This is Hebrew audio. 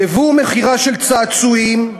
ייבוא ומכירה של צעצועים,